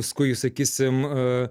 paskui sakysim